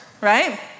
right